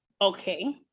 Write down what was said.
okay